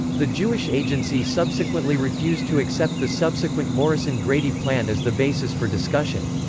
the jewish agency subsequently refused to accept the subsequent morrison-grady plan as the basis for discussion.